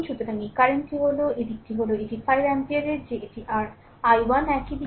সুতরাং এই কারেন্ট টি হল এই দিকটি হল এটি 5 এমপিয়ার যে এটি r i1 একই দিক